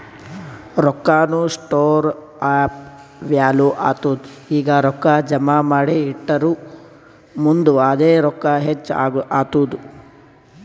ರೊಕ್ಕಾನು store of value ಆತ್ತುದ್ ಈಗ ರೊಕ್ಕಾ ಜಮಾ ಮಾಡಿ ಇಟ್ಟುರ್ ಮುಂದ್ ಅದೇ ರೊಕ್ಕಾ ಹೆಚ್ಚ್ ಆತ್ತುದ್